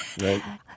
Right